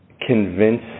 convince